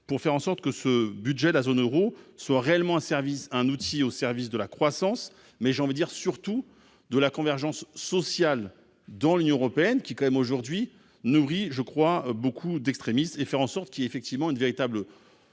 pour faire en sorte que ce budget, la zone Euro soit réellement un service un outil au service de la croissance, mes jambes dire surtout de la convergence sociale dans l'Union européenne, qui est quand même aujourd'hui, je crois, beaucoup d'extrémistes et faire en sorte qu'il y est effectivement une véritable